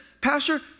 Pastor